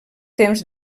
temps